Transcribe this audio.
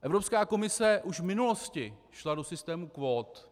Evropská komise už v minulosti šla do systému kvót.